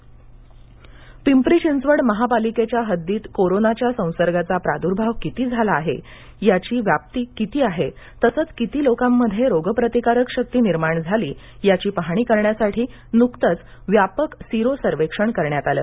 sero सर्वेक्षण पिंपरी चिंचवड महापालिकेच्या हद्दीत कोरोना संसर्गाचा प्रादुर्भाव किती झाला आहे त्याची व्याप्ती किती आहे तसंच किती लोकांमध्ये रोगप्रतिकारक शक्ती निर्माण झाली याचि पाहाणी करण्यासाठी नुकतंच व्यापक सीरो सर्वेक्षण करण्यात आलं